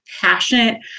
passionate